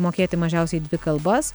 mokėti mažiausiai dvi kalbas